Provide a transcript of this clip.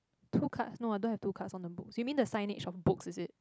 two cards no I don't have two cards on the books you mean the signage of books is it